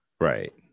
right